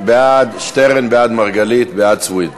שטרן בעד, מרגלית בעד, סויד בעד.